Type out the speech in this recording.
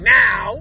now